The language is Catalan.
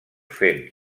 fent